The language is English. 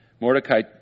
Mordecai